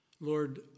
Lord